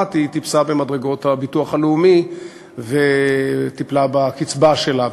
היא טיפסה במדרגות הביטוח הלאומי וטיפלה בקצבה שלה,